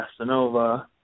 Castanova